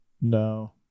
No